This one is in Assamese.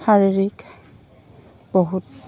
শাৰীৰিক বহুত